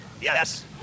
Yes